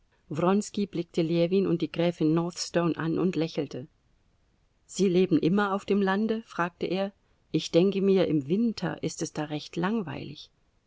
blickte ljewin und die gräfin northstone an und lächelte sie leben immer auf dem lande fragte er ich denke mir im winter ist es da recht langweilig